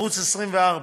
ערוץ 24,